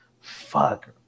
Fuck